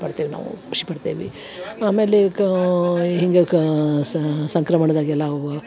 ಪಡ್ತೇವೆ ನಾವು ಖುಷಿ ಪಡ್ತೇವಿ ಆಮೇಲೆ ಕಾ ಹೀಗೆ ಕಾ ಸಂಕ್ರಮಣದಾಗೆಲ್ಲ ಅವು